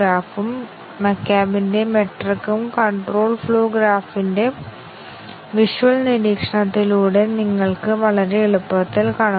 അതിനാൽ ആദ്യത്തെ കണ്ടിഷൻ തീരുമാനമോ കോമ്പൌണ്ട് അവസ്ഥയോ ശരിയും തെറ്റായ മൂല്യവും എടുക്കണം എന്നതാണ്